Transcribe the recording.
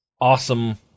awesome